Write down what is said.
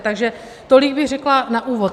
Takže tolik bych řekla na úvod.